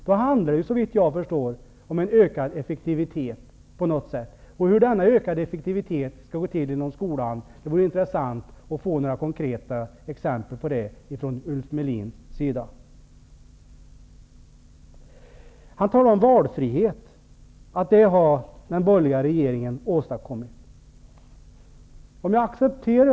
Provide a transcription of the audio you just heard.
Vad som då behövs är, såvitt jag kan förstå, att vi på något sätt försöker uppnå en högre effektivitet. Hur det skall kunna gå till vore det intressant att få några konkreta förslag om från Ulf Ulf Melin säger att den borgerliga regeringen har åstadkommit ökad valfrihet.